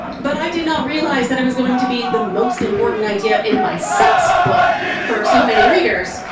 but i did not realize that it was going to be the most important idea in my sex book for so many readers.